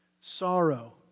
sorrow